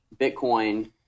Bitcoin